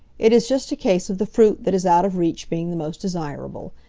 it is just a case of the fruit that is out of reach being the most desirable.